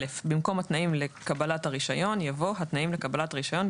(א)במקום "התנאים לקבלת הרישיון," יבוא "התנאים לקבלת הרישיון,